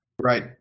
Right